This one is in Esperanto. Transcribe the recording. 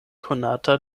konata